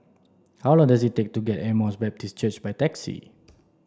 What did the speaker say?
how long does it take to get to Emmaus Baptist Church by taxi